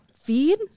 feed